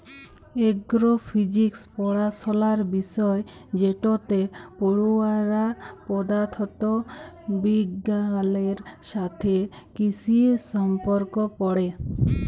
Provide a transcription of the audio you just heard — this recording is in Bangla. এগ্র ফিজিক্স পড়াশলার বিষয় যেটতে পড়ুয়ারা পদাথথ বিগগালের সাথে কিসির সম্পর্ক পড়ে